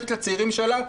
ומאותתת לצעירים שלה,